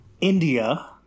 india